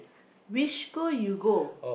which school you go